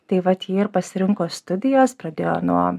tai vat ji ir pasirinko studijas pradėjo nuo